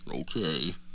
Okay